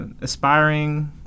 aspiring